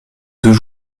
deux